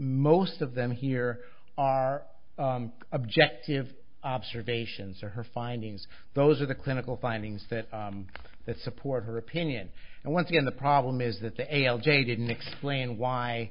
most of them here are objective observations or her findings those are the clinical findings that that support her opinion and once again the problem is that the a l j didn't explain why